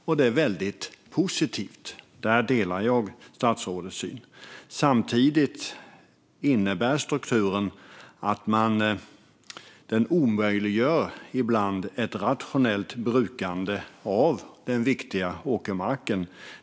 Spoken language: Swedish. Detta är väldigt positivt; där delar jag statsrådets syn. Samtidigt omöjliggör strukturen ibland ett rationellt brukande av den viktiga åkermarken.